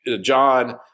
John